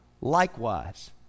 likewise